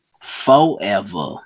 Forever